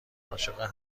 عاشق